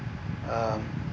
um